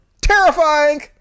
Terrifying